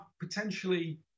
potentially